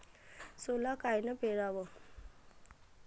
सोला कायनं पेराव?